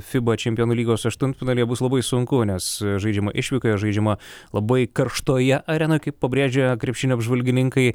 fiba čempionų lygos aštuntfinalyje bus labai sunku nes žaidžiama išvykoje žaidžiama labai karštoje arenoj kaip pabrėžia krepšinio apžvalgininkai